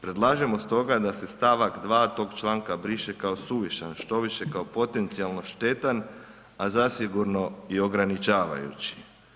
Predlažemo stoga da se stavak 2. tog članka briše kao suvišan, štoviše kao potencijalno štetan a zasigurno i ograničavajući.